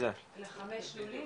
אני רק רוצה להעיר הערה,